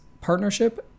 partnership